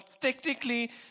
technically